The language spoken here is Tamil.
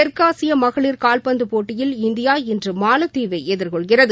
தெற்காசிய மகளிர் கால்பந்து போட்டியில் இந்தியா இன்று மாலத்தீவை எதிர்கொள்கிறது